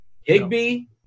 Higby